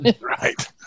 Right